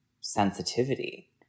sensitivity